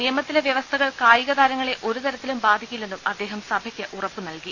നിയമ ത്തിലെ വ്യവസ്ഥകൾ കായികതാരങ്ങളെ ഒരുതരത്തിലും ബാധിക്കി ല്ലെന്നും അദ്ദേഹം സഭയ്ക്ക് ഉറപ്പ് നൽകി